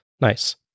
Nice